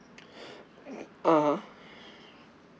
(uh huh)